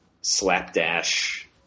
slapdash